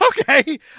Okay